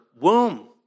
womb